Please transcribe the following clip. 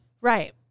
right